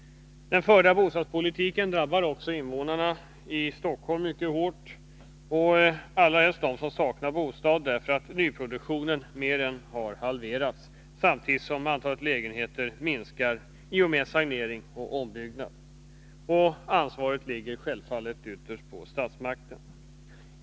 Den förda bostadspolitiken drabbar också invånarna i Stockholm mycket hårt, särskilt dem som saknar bostad, därför att nyproduktionen mer än halverats samtidigt som antalet lägenheter minskar med sanering och ombyggnad. Ansvaret ligger självfallet ytterst på statsmakten.